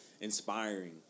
inspiring